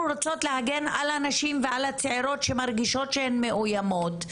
רוצות להגן על הנשים ועל הצעירות שמרגישות שהן מאוימות,